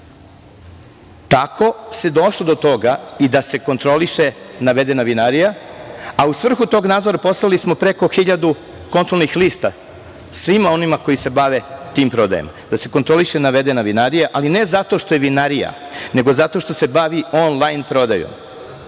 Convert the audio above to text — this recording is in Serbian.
Tako se došlo do toga i da se kontroliše navedena vinarija, a u svrhu tog nadzora poslali smo preko hiljadu kontrolnih lista svima onima koji se bave tim prodajama, da se kontroliše navedena vinarija, ali ne zato što je vinarija, nego zato što se bavi on-lajn prodajom.